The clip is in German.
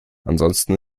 ansonsten